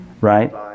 Right